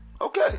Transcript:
Okay